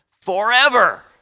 forever